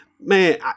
man